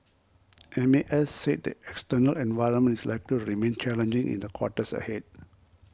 M A S said the external environment is likely to remain challenging in the quarters ahead